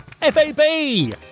F-A-B